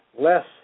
less